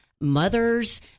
mothers